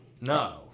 no